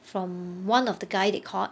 from one of the guy they caught